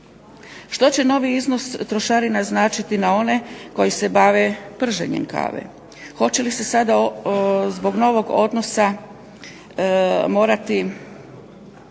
Što će novi iznos trošarina značiti na one koji se bave prženjem kave? Hoće li se sada zbog novog odnosa morati